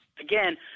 again